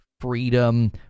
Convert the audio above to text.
freedom